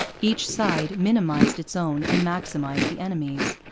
each side minimized its own and maximized the enemy's.